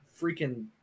freaking